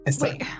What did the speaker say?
Wait